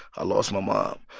i lost my mom.